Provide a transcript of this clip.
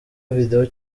videwo